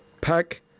pack